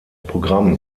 programm